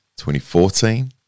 2014